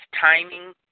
timing